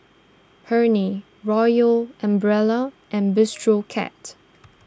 Hurley Royal Umbrella and Bistro Cat